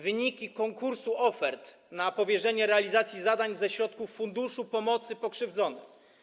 Wyniki konkursu ofert na powierzenie realizacji zadań ze środków Funduszu Pomocy Pokrzywdzonym.